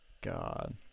God